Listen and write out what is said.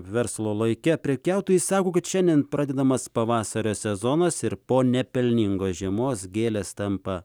verslo laike prekiautojai sako kad šiandien pradedamas pavasario sezonas ir po nepelningos žiemos gėlės tampa